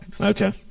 Okay